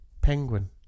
Penguin